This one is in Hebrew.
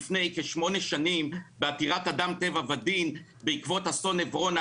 לפני כשמונה שנים בעתירת אדם טבע ודין בעקבות אסון עברונה,